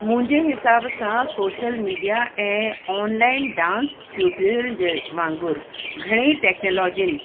मुंहिंजे हिसाब सां सोशल मीडिया ऐं ऑनलाइन डांस ट्यूटोरियल जे वांगुरु घणेई टेक्नेलोजयुनि